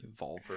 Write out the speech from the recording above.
Evolver